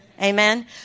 Amen